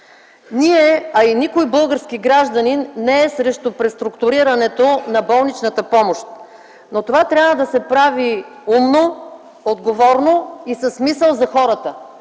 Ние, а и никой български гражданин не е срещу преструктурирането на болничната помощ. Това трябва да се прави умно, отговорно и с мисъл за хората,